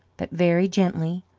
but very gently,